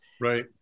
right